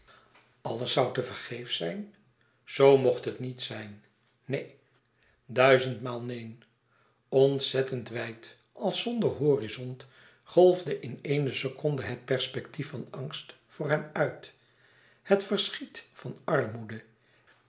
zoû te vergeefs zijn zoo mcht het niet zijn neen duizendmaal neen ontzettend wijd als zonder horizont golfde in éene seconde het perspectief van angst voor hem uit het verschiet van armoede